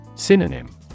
Synonym